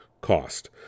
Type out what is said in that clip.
cost